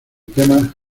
tema